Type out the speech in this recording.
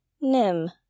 Nim